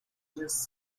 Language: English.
just